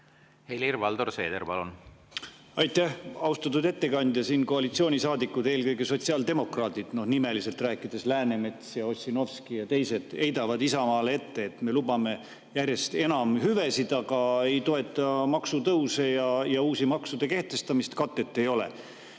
Helir-Valdor Seeder, palun! Aitäh! Austatud ettekandja! Koalitsioonisaadikud, eelkõige sotsiaaldemokraadid – nimeliselt rääkides, Läänemets ja Ossinovski ja teised – heidavad Isamaale ette, et me lubame järjest hüvesid, aga ei toeta maksutõuse ja uute maksude kehtestamist, ja et katet ei ole.